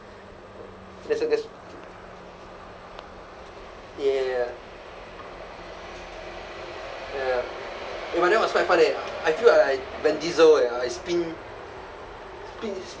there's uh there's yeah ya eh but that was quite fun eh I feel like I vin diesel eh I spin spin like